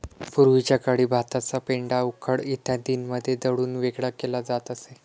पूर्वीच्या काळी भाताचा पेंढा उखळ इत्यादींमध्ये दळून वेगळा केला जात असे